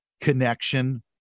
connection